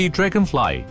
Dragonfly